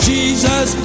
Jesus